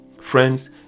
Friends